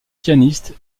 pianiste